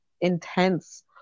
intense